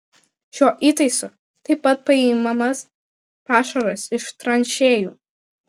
šiuo įtaisu taip pat paimamas pašaras iš tranšėjų